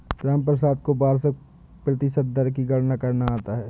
रामप्रसाद को वार्षिक प्रतिशत दर की गणना करना आता है